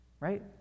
right